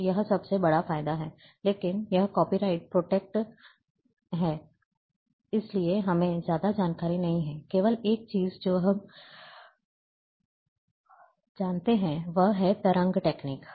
तो यह सबसे बड़ा फायदा है लेकिन यह कॉपी राइट प्रोटेक्टेड है इसलिए हमें ज्यादा जानकारी नहीं है केवल एक चीज जो हम जानते हैं वह है तरंग तकनीक